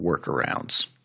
workarounds